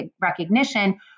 recognition